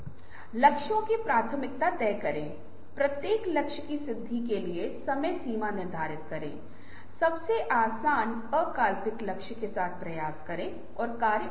और एक बार जब इसे सुलझा लिया जाता है और समूह के सदस्यों से विचार उत्पन्न किए जाते हैं तो इस पर जांच की जा सकती है और कुछ उपयोगी विचारों का उपयोग किया जा सकता है